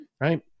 right